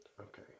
Okay